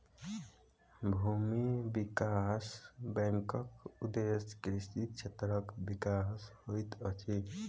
भूमि विकास बैंकक उदेश्य कृषि क्षेत्रक विकास होइत अछि